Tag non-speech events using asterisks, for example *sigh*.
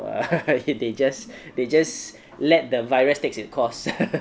*laughs* they just they just let the virus takes its course *laughs*